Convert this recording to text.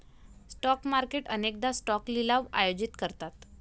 stock market अनेकदा stock लिलाव आयोजित करतात